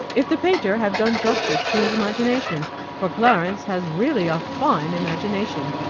if the painter have done justice to his imagination for clarence has really a fine imagination.